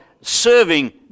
serving